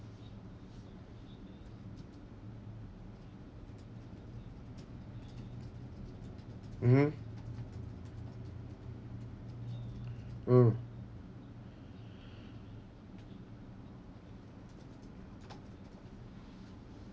mmhmm mm